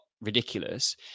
ridiculous